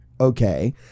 okay